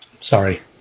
Sorry